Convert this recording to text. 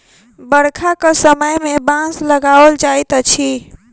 बरखाक समय मे बाँस लगाओल जाइत अछि